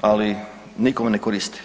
ali nikome ne koristi.